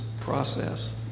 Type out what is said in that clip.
process